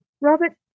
Robert